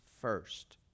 first